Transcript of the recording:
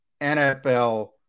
NFL